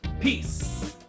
peace